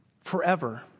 forever